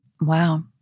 Wow